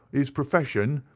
his profession,